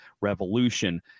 revolution